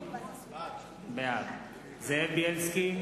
בעד זאב בילסקי,